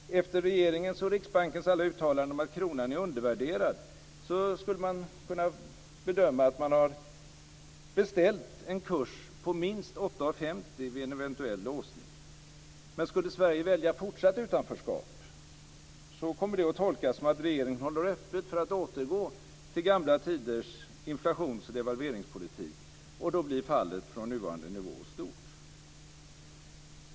Efter regeringens och Riksbankens alla uttalanden om att kronan är undervärderad skulle man kunna bedöma att man har beställt en kurs på minst 8:50 kr vid en eventuell låsning. Men skulle Sverige välja fortsatt utanförskap kommer det att tolkas som att regeringen håller öppet för att återgå till gamla tiders inflations och devalveringspolitik. Då blir fallet från nuvarande nivå stort.